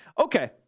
okay